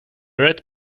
red